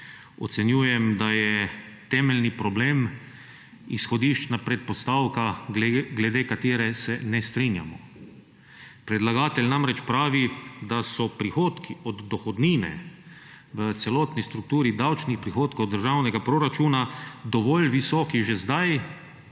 ocenjujem, da je temeljni problem izhodiščna predpostavka, glede katere se ne strinjamo. Predlagatelj namreč pravi, da so prihodki od dohodnine v celotni strukturi davčnih prihodkov državnega proračuna dovolj visoki že zdaj,